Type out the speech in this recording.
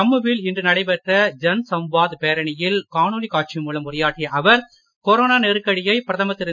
ஜம்மூ வில் இன்று நடைபெற்ற ஜன் சம்வாத் பேரணியில் காணொலி காட்சி மூலம் உரையாற்றிய அவர் கொரோனா நெருக்கடியை பிரதமர் திரு